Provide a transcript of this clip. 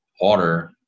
water